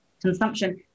consumption